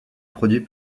produit